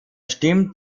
stimmt